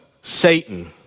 Satan